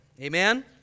amen